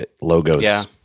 logos